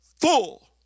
full